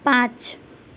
पाँच